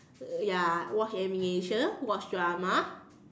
ya watch animation watch drama